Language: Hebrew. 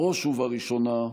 בראש ובראשונה,